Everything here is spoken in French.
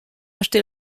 acheter